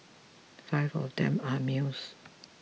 five of them are males